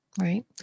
Right